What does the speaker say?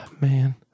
man